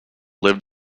lived